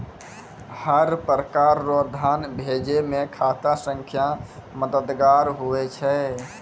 हर प्रकार रो धन भेजै मे खाता संख्या मददगार हुवै छै